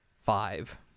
five